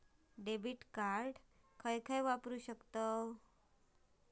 Debit card कुठे कुठे वापरू शकतव?